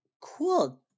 cool